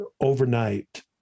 overnight